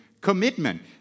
commitment